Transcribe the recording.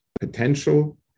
potential